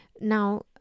Now